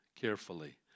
carefully